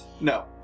No